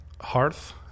Hearth